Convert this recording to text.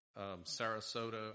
Sarasota